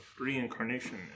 reincarnation